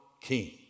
king